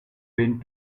bent